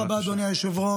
תודה רבה, אדוני היושב-ראש.